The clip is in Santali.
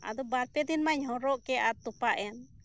ᱟᱫᱚ ᱵᱟᱨ ᱯᱮ ᱫᱤᱱ ᱢᱟᱧ ᱦᱚᱨᱚᱜ ᱠᱮᱫ ᱟᱨ ᱛᱚᱯᱟᱜ ᱮᱱ